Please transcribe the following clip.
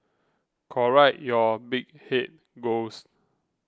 correct your big head ghost